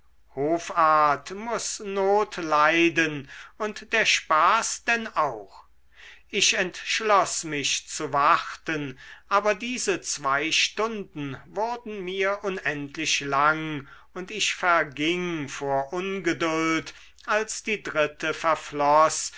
hoffart muß not leiden und der spaß denn auch ich entschloß mich zu warten aber diese zwei stunden wurden mir unendlich lang und ich verging vor ungeduld als die dritte